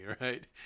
right